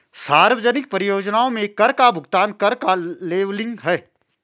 सार्वजनिक परियोजनाओं में कर का भुगतान कर का लेबलिंग है